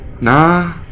Nah